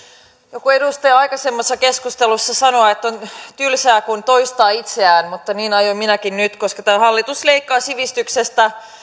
joku edustaja aikaisemmassa keskustelussa sanoa että on tylsää kun toistaa itseään mutta niin aion minäkin nyt tehdä koska tämä hallitus leikkaa sivistyksestä